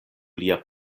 lia